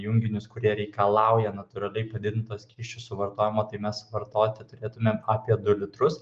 junginius kurie reikalauja natūraliai padidinto skysčių suvartojimo tai mes vartoti turėtumėm apie du litrus